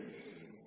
ಹೀಗಾಗಿ ಇದು 0